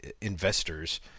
investors